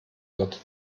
wird